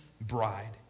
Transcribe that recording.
bride